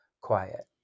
quiet